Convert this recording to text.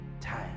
time